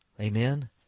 Amen